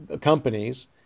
companies